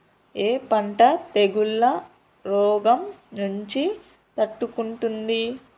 ఏ పంట తెగుళ్ల రోగం నుంచి తట్టుకుంటుంది?